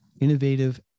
innovative